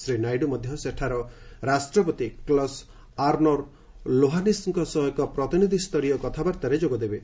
ଶ୍ରୀ ନାଇଡୁ ମଧ୍ୟ ସେଠାର ରାଷ୍ଟ୍ରପତି କ୍ଲସ୍ ଅର୍ଭ୍ଣୋର ଲୋହାନିସ୍ଙ୍କ ସହ ଏକ ପ୍ରତିନିଧି ସ୍ତରୀୟ କଥାବାର୍ତ୍ତାରେ ଯୋଗ ଦେବେ